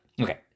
Okay